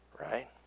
right